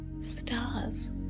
stars